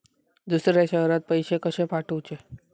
दुसऱ्या शहरात पैसे कसे पाठवूचे?